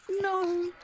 No